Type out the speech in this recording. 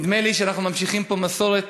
נדמה לי שאנחנו ממשיכים פה מסורת,